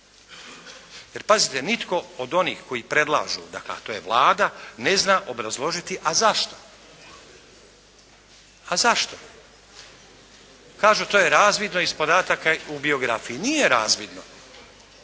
Jer pazite nitko od onih koji predlažu dakle a to je Vlada ne zna obrazložiti a zašto, a zašto? Kažu: «To je razvidno iz podataka u biografiji.» Nije razvidno.